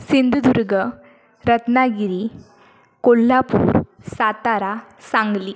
Sindhudurg Ratnagiri Kolhapur Satara Sangli